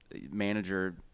manager